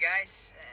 guys